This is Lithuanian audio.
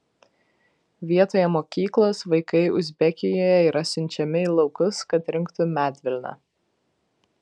vietoje mokyklos vaikai uzbekijoje yra siunčiami į laukus kad rinktų medvilnę